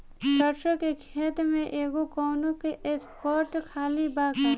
सरसों के खेत में एगो कोना के स्पॉट खाली बा का?